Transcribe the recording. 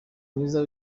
mwiza